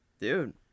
dude